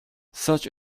such